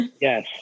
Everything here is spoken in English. yes